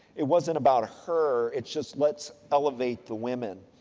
it wasn't about her. it's just let's elevate the women.